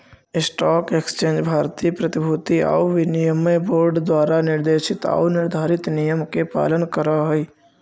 stock exchange भारतीय प्रतिभूति आउ विनिमय बोर्ड द्वारा निर्देशित आऊ निर्धारित नियम के पालन करऽ हइ